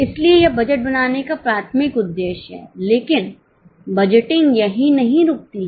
इसलिए यह बजट बनाने का प्राथमिक उद्देश्य है लेकिन बजटिंग यहीं नहीं रुकती है